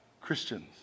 Christians